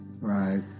Right